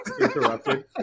interrupted